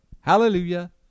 hallelujah